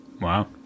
Wow